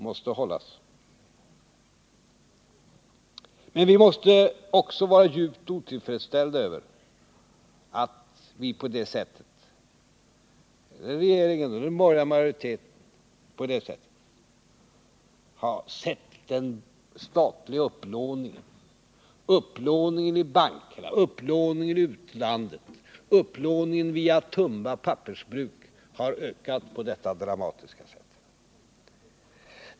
Men vi måste känna djup otillfredsställelse över att regeringen och den borgerliga majoriteten har låtit statlig upplåning, upplåning i bankerna, upplåning i utlandet och upplåning via Tumba pappersbruk öka på detta sätt.